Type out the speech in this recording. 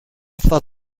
thought